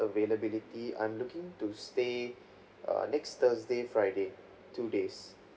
availability I'm looking to stay uh next thursday friday two days